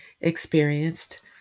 experienced